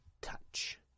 touch